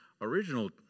original